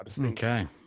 Okay